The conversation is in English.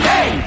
Hey